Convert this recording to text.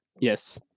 Yes